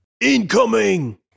INCOMING